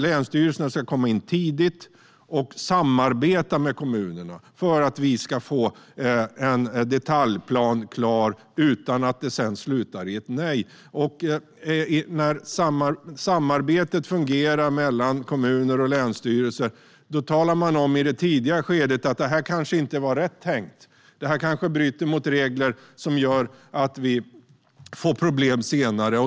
Länsstyrelsen ska i stället komma in tidigt och samarbeta med kommunerna för att man ska få en detaljplan klar utan att det sedan slutar i ett nej. När samarbetet mellan kommuner och länsstyrelse fungerar talar man i det tidiga skedet om att något kanske inte var rätt tänkt och att det kanske bryter mot regler som gör att man får problem senare.